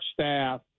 staff